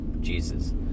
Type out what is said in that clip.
Jesus